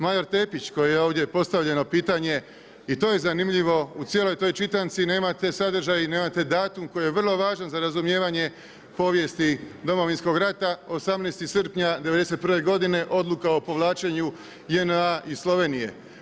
Major Tepić, kojem je ovdje postavljano pitanje i to je zanimljivo, u cijeloj toj čitanci nemate sadržaj i nemate datum koji je vrlo važan za razumijevanje povijesti Domovinskog rata, 18. srpnja '91. godine, odluka o povlačenju JNA iz Slovenije.